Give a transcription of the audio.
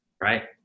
right